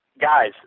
guys